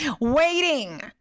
Waiting